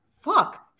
Fuck